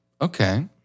Okay